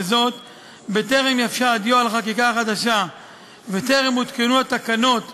וזאת בטרם יבשה הדיו על החקיקה החדשה וטרם הותקנו התקנות מכוחה,